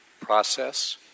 process